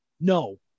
No